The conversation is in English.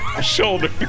shoulder